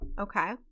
Okay